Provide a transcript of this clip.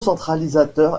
centralisateur